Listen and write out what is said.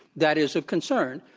that is a concern.